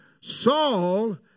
Saul